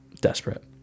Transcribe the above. desperate